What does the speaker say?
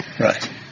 Right